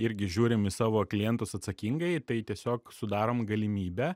irgi žiūrim į savo klientus atsakingai tai tiesiog sudarom galimybę